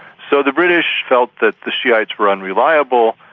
so the british felt that the shiites were unreliable,